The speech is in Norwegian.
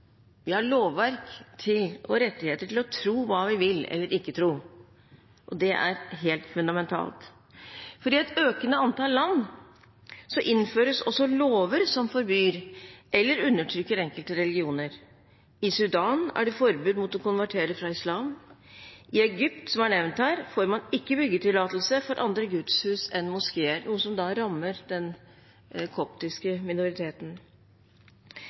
vi de formelle rettighetene. Vi har lovverk og rettigheter til å tro hva vi vil, eller ikke tro, og det er helt fundamentalt. I et økende antall land innføres også lover som forbyr eller undertrykker enkelte religioner. I Sudan er det forbud mot å konvertere fra islam. I Egypt, som er nevnt her, får man ikke byggetillatelse for andre gudshus enn moskeer, noe som rammer den koptiske minoriteten.